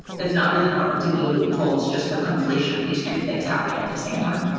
it's not really not meant to be a loophole. it's just the conflation of these two things happening at the same time,